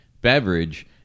beverage